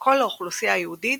וכל האוכלוסייה היהודית,